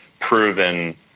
proven